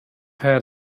had